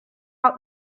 out